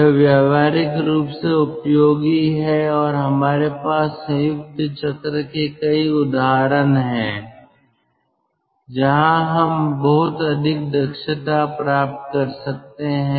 यह व्यावहारिक रूप से उपयोगी है और हमारे पास संयुक्त चक्र के कई उदाहरण हैं जहां हम बहुत अधिक दक्षता प्राप्त कर सकते हैं